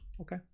Okay